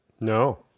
No